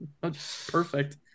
perfect